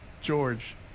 George